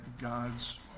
God's